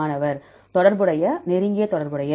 மாணவர் தொடர்புடைய நெருங்கிய தொடர்புடைய